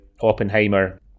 oppenheimer